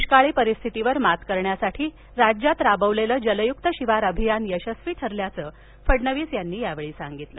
दुष्काळी परिस्थितीवर मात करण्यासाठी राज्यात राबविलेले जलयूक्त शिवार अभियान यशस्वी ठरल्याचं फडणवीस यांनी यावेळी सांगितलं